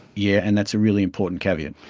yeah and that's a really important caveat.